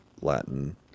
Latin